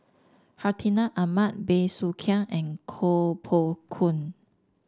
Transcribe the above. Hartinah Ahmad Bey Soo Khiang and Koh Poh Koon